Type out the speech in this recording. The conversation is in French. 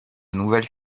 nouvelles